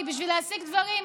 כי בשביל להשיג דברים,